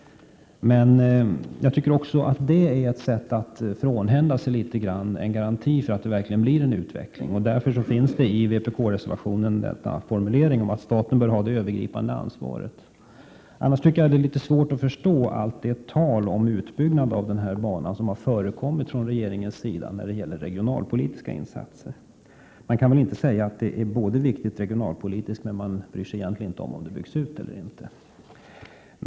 Men jag tycker att detta är ett sätt att frånhända sig ansvaret för att det verkligen blir en utveckling. Därför finns det i vpk-reservationen en formulering som säger att staten bör ha det övergripande ansvaret. I annat fall är det svårt att förstå allt tal om utbyggnad av denna bana som har förekommit från regeringens sida när det gäller regionalpolitiska insatser. Man kan välinte säga att projektet är regionalpoli Prot. 1987/88:116 tiskt viktigt och samtidigt inte bry sig om ifall banan byggs ut eller inte.